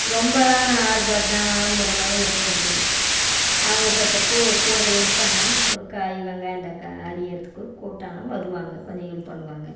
ரொம்பலாம் நான் ஆர்ப்பாட்டம் ஆடம்பரம் எல்லாம் எதுவும் இல்லைங்க அவங்கள செத்த கூ கூட ஹெல்ப் பண்ண ஒரு காய் வெங்காயம் தக்கா அரிகிறதுக்கு கூப்பிட்டோம்னா வருவாங்க கொஞ்சம் ஹெல்ப் பண்ணுவாங்க